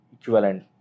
equivalent